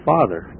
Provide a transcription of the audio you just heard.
Father